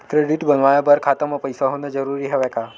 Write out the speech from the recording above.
Credit बनवाय बर खाता म पईसा होना जरूरी हवय का?